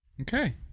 Okay